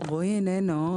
רועי איננו.